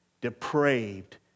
depraved